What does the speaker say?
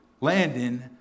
Landon